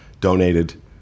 donated